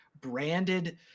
branded